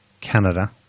Canada